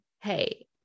Hey